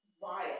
wild